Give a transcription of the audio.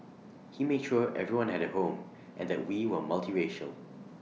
he made sure everyone had A home and that we were multiracial